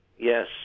Yes